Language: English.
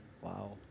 Wow